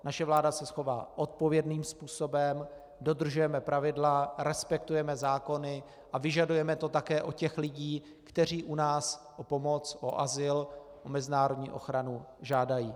Naše vláda se chová odpovědným způsobem, dodržujeme pravidla, respektujeme zákony a vyžadujeme to také od těch lidí, kteří u nás o pomoc, o azyl, o mezinárodní ochranu žádají.